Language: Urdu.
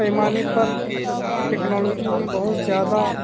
پیمانے پر ٹیکنالوجی نے بہت زیادہ